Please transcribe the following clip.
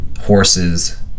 horses